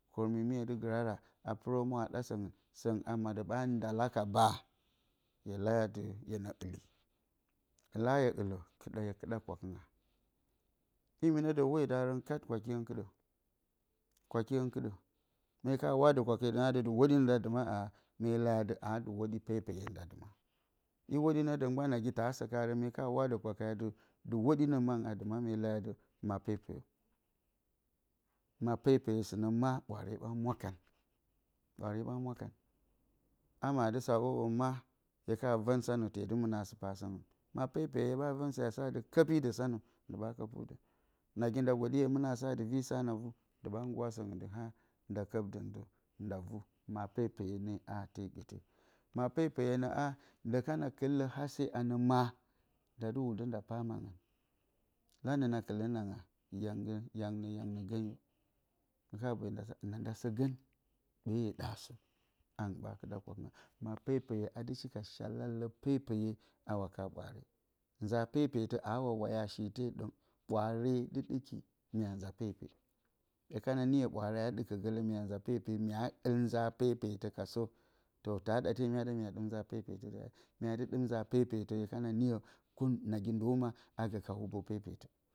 Kormi mye dɨ gɨrara a pɨrǝ humwa a ɗa sǝngɨn, sǝngɨn a maɗǝ ɓa ndala ka ba, hye leyo atɨ, hyenǝ ɨlli, ɨlla hye ɨllǝ, kɨɗa hye kɨɗa kakɨnga. Imi nǝ dǝ hwodarǝn kat kwakingrǝn kɨɗǝ, kwakingrǝn kɨɗǝ, mye ka wadǝ kwake atɨ, dɨ hwoɗyingɨn nda dɨma, aamye leyo atɨ aa dɨ hwoɗyi pepeye nda dɨma. I hwoɗyi nǝ dǝ mgban ngi taa sǝ karǝn, hye ka wadǝ kwake atɨ, dɨ hwoɗyinǝ mangɨn a dɨma, mye leyo atɨ. ma pepeyo. Ma pepeyo. sɨnǝ ma ɓwaare ɓa mwa kan. Ɓwaare ɓa mwakǝn. Ama aa dɨ sa atɨ ǝ'ǝ ma hye ka vǝn sanǝ, tee dɨ mɨna a sɨ pa sǝngɨn. Ma pepeye hye vǝn se sa nda kǝpi dǝ anǝ, ndiɓa kǝpɨ dǝn. Nagi nda goɗi hye mɨna a sa vi sa na vu, ndɨ ɓa nggura sǝngɨn dɨ haa nda kǝpdǝn dǝ nda vu. Ma pepeye nǝ a te gǝte. Ma pepeye nǝ a ndɨ ka kɨl lǝ hase a nǝ ma, nda dɨ wudǝ nda pa mangɨn, lanǝ na kɨlan a nanga. yang gǝn, yangnǝ, yangnǝ gǝn. Ndi ɓa boyo nda sa, nanda sǝ gǝn, ɓee yǝ ɗa sǝ. Angɨn ɓa kɨɗa kwakɨnga. Ma pepeye a dɨ shi ka shalalǝ pepeye a waka ɓwaare. Nza pepetǝ, aawa waya a shi te ɗǝng, ɓwaare dɨ ɗɨki mya nza pepe, hye kana niyo ɓwaare aa ɗɨkǝ gǝlǝ mya nza pepe, myaa ɨl nza pepetǝ kasǝ, taa ɗate mya ɗa mya ɗɨm nza pepetǝ dǝ. mya dɨm nza pepetǝ hye kana niyo nagi do ma agǝ ka hubo pepetǝ.